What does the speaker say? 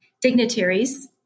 dignitaries